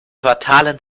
fatalen